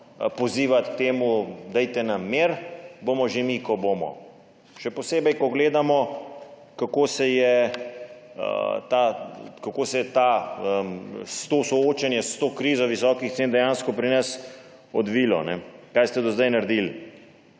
pozivati k temu, dajte nam mir, bomo že mi, ko bomo. Še posebej ko gledamo, kako se je soočenje s to krizo visokih cen dejansko pri nas odvilo. Kaj ste do zdaj naredili?